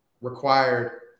required